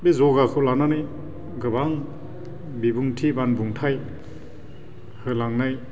बे जगाखौ लानानै गोबां बिबुंथि बान बुंथाय होलांनाय